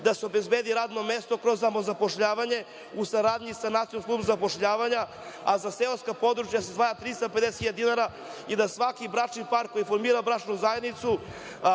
da se obezbedi radno mesto kroz samozapošljavanje u saradnji sa Nacionalnom službom za zapošljavanje, a za seoska područja da se izdvaja 350 hiljada dinara, i da svaki bračni par koji formira bračnu zajednicu